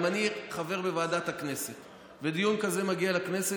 אם אני חבר בוועדת הכנסת ודיון כזה מגיע לכנסת,